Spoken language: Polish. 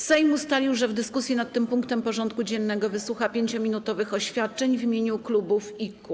Sejm ustalił, że w dyskusji nad tym punktem porządku dziennego wysłucha 5-minutowych oświadczeń w imieniu klubów i koła.